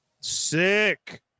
sick